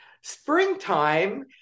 springtime